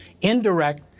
Indirect